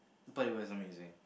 thought it was amazing